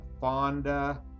Fonda